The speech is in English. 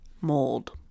Mold